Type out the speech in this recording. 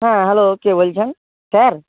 হ্যাঁ হ্যালো কে বলছেন স্যার